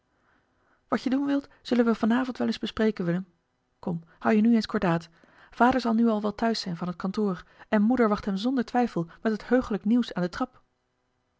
wat je doen wilt zullen we van avond wel eens bespreken willem kom houd je nu eens cordaat vader zal nu al wel thuis zijn van het kantoor en moeder wacht hem zonder twijfel met het heuglijk nieuws aan de trap